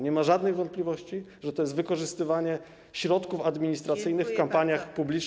Nie ma żadnych wątpliwości, że to jest wykorzystywanie środków administracyjnych w kampaniach publicznych.